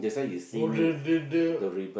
oh the the the